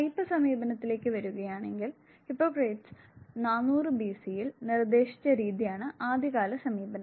type സമീപനത്തിലേക്ക് വരുകയാണെങ്കിൽ Hippocrates 400 ബിസിയിൽ നിർദ്ദേശിച്ച രീതിയാണ് ആദ്യകാല സമീപനം